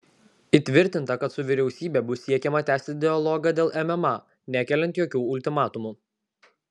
įtvirtinta kad su vyriausybe bus siekiama tęsti dialogą dėl mma nekeliant jokių ultimatumų